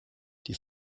die